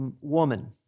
woman